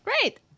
great